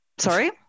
Sorry